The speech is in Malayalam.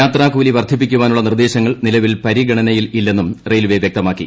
യാത്രാക്കൂലി വർദ്ധിപ്പിക്കാനുള്ള നിർദ്ദേശങ്ങൾ നിലവിൽ പരിഗണനയിലില്ലെന്നും റെയിൽവേ വൃക്തമാക്കി